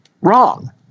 wrong